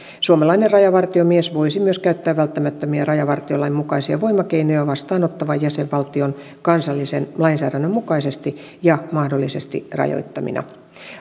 suomalainen rajavartiomies voisi myös käyttää välttämättömiä rajavartiolain mukaisia voimakeinoja vastaanottavan jäsenvaltion kansallisen lainsäädännön mukaisesti ja mahdollisesti rajoittamina